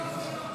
נתקבלה.